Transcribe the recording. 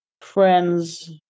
Friends